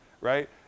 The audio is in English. right